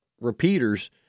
repeaters